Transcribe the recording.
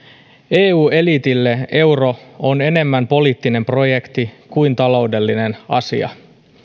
eu eliitille euro on enemmän poliittinen projekti kuin taloudellinen asia